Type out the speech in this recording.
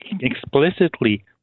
explicitly